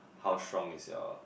how strong is your